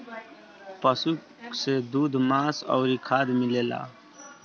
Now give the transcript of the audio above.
पशु से दूध, मांस अउरी खाद मिलेला